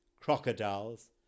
crocodiles